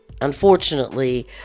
Unfortunately